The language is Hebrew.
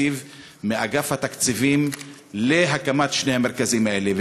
התקציב מאגף התקציבים להקמת שני המרכזים האלה.